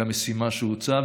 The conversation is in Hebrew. למשימה שהוצבה.